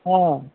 ହଁ